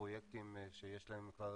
פרויקטים שיש להם כבר